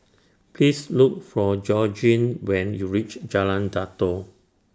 Please Look For Georgine when YOU REACH Jalan Datoh